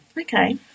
Okay